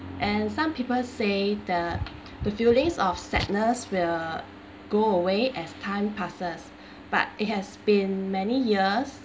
and some people say the the feelings of sadness will go away as time passes but it has been many years